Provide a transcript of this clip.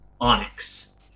onyx